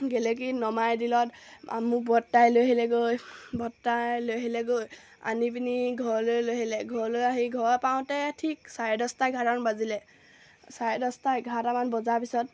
গেলেকীত নমাই দিলত মোক বৰদেউতাই লৈ আহিলেগৈ বৰদেউতাই লৈ আহিলেগৈ আনি পিনি ঘৰলৈ লৈ আহিলে ঘৰলৈ আহি ঘৰ পাওঁতে ঠিক চাৰে দছটা এঘাৰটামান বাজিলে চাৰে দছটা এঘাৰটামান বজাৰ পিছত